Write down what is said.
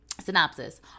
synopsis